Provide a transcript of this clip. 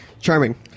Charming